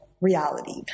Reality